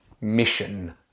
mission